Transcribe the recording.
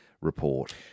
report